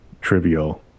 trivial